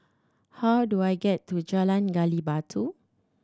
how do I get to Jalan Gali Batu